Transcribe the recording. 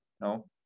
no